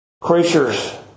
creatures